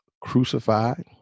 crucified